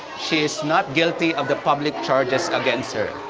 she is not guilty of the public charges against her.